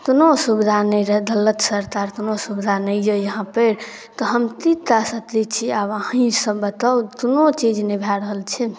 कोनो सुविधा नहि रहै देलथि सरकार कोनो सुविधा नहि अइ यहाँपर तऽ हम कि कऽ सकै छी आब अहीँसभ बताउ कोनो चीज नहि भऽ रहल छै